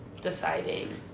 deciding